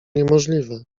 niemożliwe